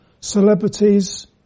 celebrities